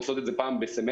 עושות את זה פעם בסמסטר,